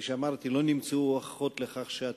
כפי שאמרתי,